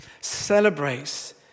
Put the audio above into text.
celebrates